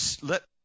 let